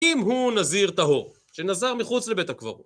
אם הוא נזיר טהור, שנזר מחוץ לבית הקברות.